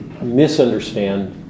misunderstand